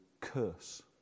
curse